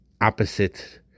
opposite